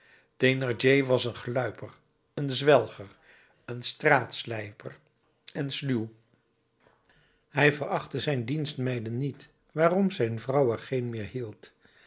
was een gluiper een zwelger een straatslijper en sluw hij verachtte zijn dienstmeiden niet waarom zijn vrouw er geen meer